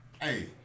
Hey